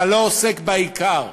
אתה לא עוסק בעיקר.